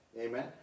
Amen